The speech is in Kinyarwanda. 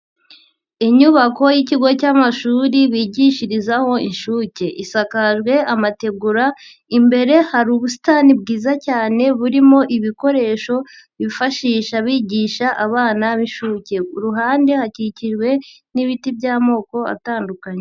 Inyubako y'ikigo cy'amashuri bigishirizaho inshuke, isakajwe amategura imbere hari ubusitani bwiza cyane burimo ibikoresho bifashisha bigisha abana b'inshuke. Iruhande hakikijwe n'ibiti by'amoko atandukanye.